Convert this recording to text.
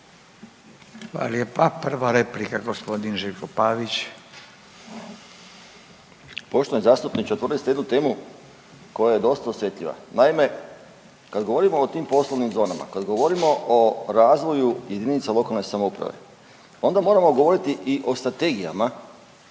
Pavić. **Pavić, Željko (Nezavisni)** Poštovani zastupniče. Otvorili ste jednu temu koja je dosta osjetljiva. Naime, kada govorimo o tim poslovnim zonama, kad govorimo o razvoju jedinica lokalne samouprave onda moramo govoriti i o strategijama